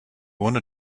urne